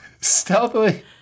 stealthily